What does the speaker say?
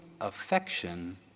affection